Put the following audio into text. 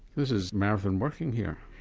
this is marathon working here.